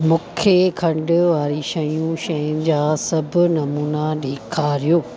मूंखे खंडु वारी शयूं शयुनि जा सभु नमूना ॾेखारियो